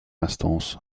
instance